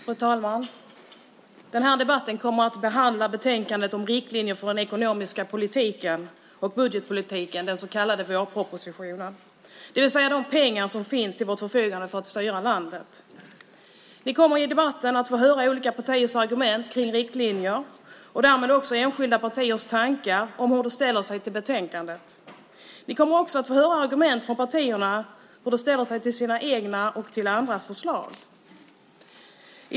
Fru talman! Den här debatten kommer att behandla betänkandet Riktlinjer för den ekonomiska politiken och budgetpolitiken , den så kallade vårpropositionen. Det är de pengar som finns till vårt förfogande för att styra landet. Vi kommer i debatten att få höra olika partiers argument om riktlinjer och därmed också enskilda partiers tankar om hur de ställer sig till betänkandet. Vi kommer också att få höra argument från partierna, hur de ställer sig till sina egna och till andras förslag.